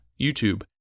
YouTube